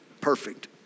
Perfect